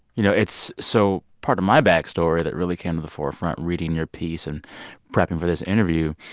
you know, it's so part of my backstory that really came to the forefront reading your piece and prepping for this interview,